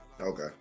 okay